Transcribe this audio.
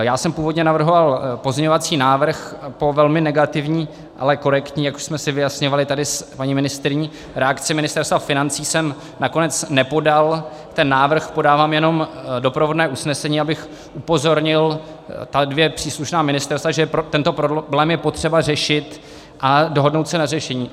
Já jsem původně navrhoval pozměňovací návrh, po velmi negativní, ale korektní jak už jsme si vyjasňovali tady s paní ministryní reakci Ministerstva financí jsem nakonec nepodal ten návrh, podávám jenom doprovodné usnesení, abych upozornil dvě příslušná ministerstva, že tento problém je potřeba řešit a dohodnout se na řešení.